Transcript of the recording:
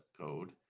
code